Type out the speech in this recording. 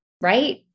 right